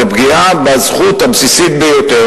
זאת פגיעה בזכות הבסיסית ביותר,